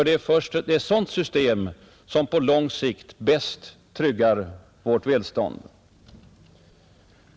Det är ett sådant system som på lång sikt bäst tryggar vårt välstånd.